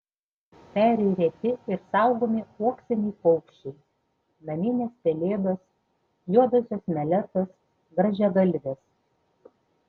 peri reti ir saugomi uoksiniai paukščiai naminės pelėdos juodosios meletos grąžiagalvės